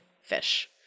fish